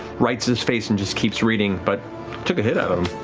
rights his face and just keeps reading. but took a hit out of